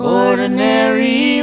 ordinary